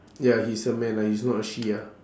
ya he's a man ah he's not a she ah